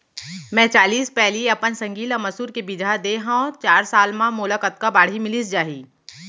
मैं चालीस पैली अपन संगी ल मसूर के बीजहा दे हव चार साल म मोला कतका बाड़ही मिलिस जाही?